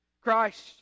christ